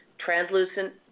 translucent